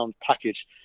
package